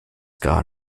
gar